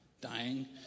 dying